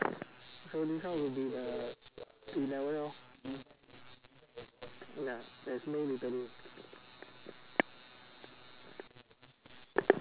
so this one will be the eleven lor ya there's no littering